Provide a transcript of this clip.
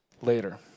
later